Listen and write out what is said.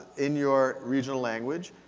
in your regional language.